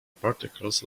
particles